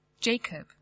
Jacob